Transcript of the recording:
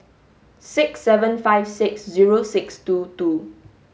six seven five six zero six two two